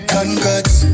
Congrats